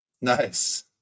Nice